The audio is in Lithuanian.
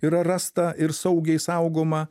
yra rasta ir saugiai saugoma